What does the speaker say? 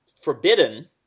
forbidden